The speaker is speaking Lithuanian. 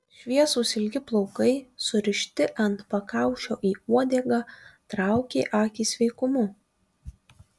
šviesūs ilgi plaukai surišti ant pakaušio į uodegą traukė akį sveikumu